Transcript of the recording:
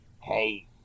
hey